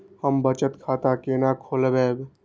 हम बचत खाता केना खोलैब?